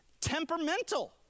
temperamental